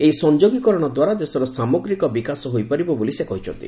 ଏହି ସଂଯୋଗୀକରଣ ଦ୍ୱାରା ଦେଶର ସାମଗ୍ରୀକ ବିକାଶ ହୋଇପାରିବ ବୋଲି ସେ କହିଛନ୍ତି